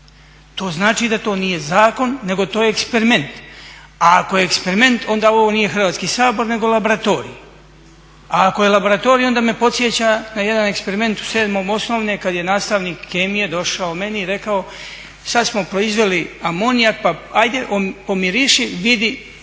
To znači da to nije zakon, nego to je eksperiment. A ako je eksperiment onda ovo nije Hrvatski sabor nego laboratorij. A ako je laboratorij onda me podsjeća na jedan eksperiment u sedmom osnovne kad je nastavnik kemije došao meni i rekao sad smo proizveli amonijak pa ajde pomiriši, vidi